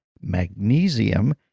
magnesium